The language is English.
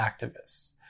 activists